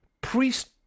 priest